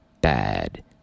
bad